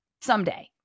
Someday